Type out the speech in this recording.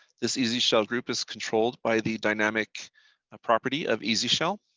this easy shall group is controlled by the dynamic property of easy shell